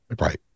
Right